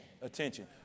attention